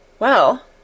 Well